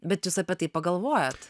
bet jūs apie tai pagalvojot